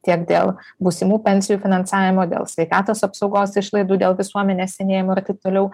tiek dėl būsimų pensijų finansavimo dėl sveikatos apsaugos išlaidų dėl visuomenės senėjimo ir taip toliau